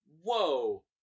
whoa